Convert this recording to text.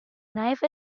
knife